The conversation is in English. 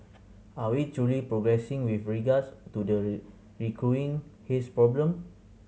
are we truly progressing with regards to the recurring haze problem